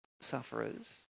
sufferers